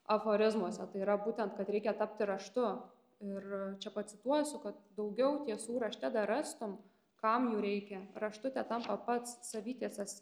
aforizmuose tai yra būtent kad reikia tapti raštu ir čia pacituosiu kad daugiau tiesų rašte dar rastume kam jų reikia raštu tetampa pats savy tiesas